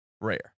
rare